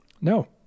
No